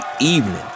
evening